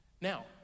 Now